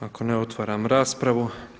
Ako ne, otvaram raspravu.